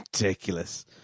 ridiculous